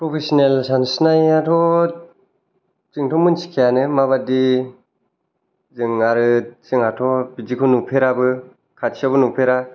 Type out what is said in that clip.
professional सानस्रिनायाथ' जोंथ' मोनथिखायानो माबादि जों आरो जोंनाथ' बिदिखौ नुफेराबो खाथियावबो नुफेरा